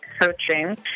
coaching